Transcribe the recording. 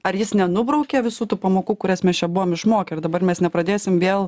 ar jis nenubraukia visų tų pamokų kurias mes čia buvom išmokę ir dabar mes nepradėsim vėl